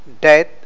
death